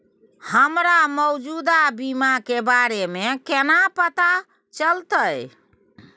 हमरा मौजूदा बीमा के बारे में केना पता चलते?